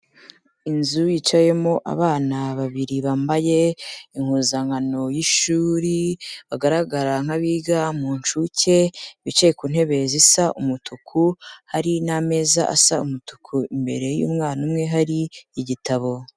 Inzu yicayemo abana babiri bambaye impuzankano y'ishuri, bagaragara nka biga mu ncuke, bicaye ku ntebe zisa umutuku, hari n'ameza asa umutuku, imbere y'umwana umwe hari igitabo.